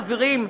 חברים?